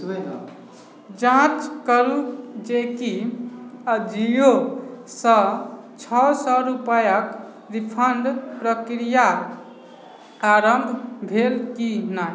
जाँच करू जे कि आजिओ सँ छओ सए रुपआके रिफंडके प्रक्रिआ आरम्भ भेल की नहि